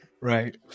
Right